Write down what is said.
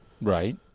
Right